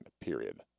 period